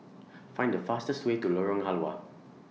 Find The fastest Way to Lorong Halwa